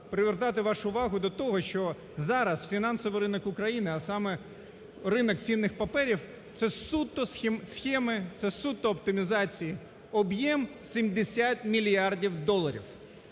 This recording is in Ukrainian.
привернути вашу увагу до того, що зараз фінансовий ринок України, а саме ринок цінних паперів це суто схеми, це суто оптимізації, об'єм 70 мільярдів доларів.